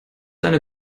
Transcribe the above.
eine